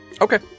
okay